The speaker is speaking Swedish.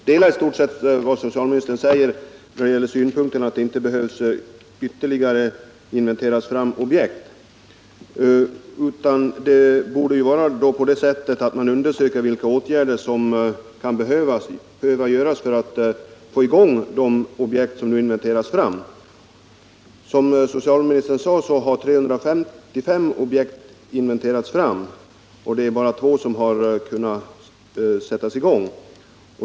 Herr talman! Jag instämmer i stort sett i vad socialministern sade om att det inte behöver inventeras fram ytterligare objekt, utan man borde undersöka vilka åtgärder som kan behöva vidtas för att få i gång de objekt som nu har inventerats fram. Som socialministern nämnde har 355 objekt inventerats fram, men det är bara två som har kunnat sättas i gång.